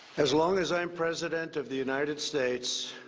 as long as i'm president of the united states,